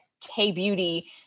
K-beauty